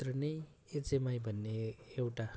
भित्र नै एचएमआई भन्ने एउटा